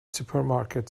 supermarket